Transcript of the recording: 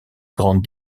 grande